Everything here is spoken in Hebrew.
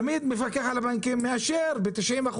תמיד המפקח על הבנקים מאשר סניפים ב-90%,